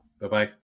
Bye-bye